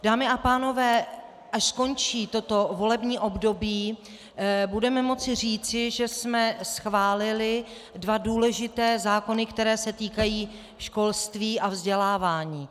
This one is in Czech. Dámy a pánové, až skončí toto volební období, budeme moci říci, že jsme schválili dva důležité zákony, které se týkají školství a vzdělávání.